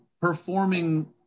performing